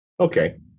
Okay